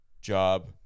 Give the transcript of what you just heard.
job